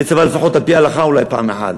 יהיה צבא לפחות על-פי ההלכה פעם אחת.